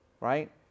right